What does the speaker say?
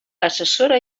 assessora